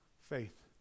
faith